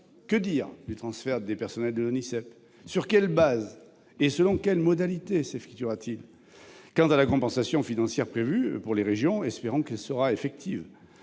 Que dire du transfert des personnels de l'ONISEP ? Sur quelles bases et selon quelles modalités s'effectuera-t-il ? Quant à la compensation financière prévue pour les régions, espérons qu'elle sera effective.